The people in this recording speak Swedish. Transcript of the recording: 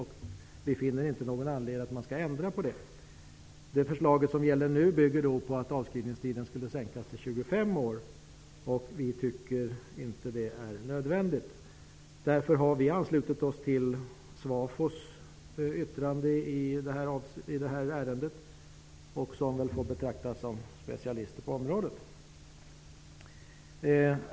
Vi finner inte någon anledning till att ändra på detta. Det förslag som gäller nu bygger på att avskrivningstiden skall sänkas till 25 år. Vi tycker inte att det är nödvändigt. Därför har vi anslutit oss till AB SWAFO:s yttrande i ärendet. De får väl betraktas som specialister på området.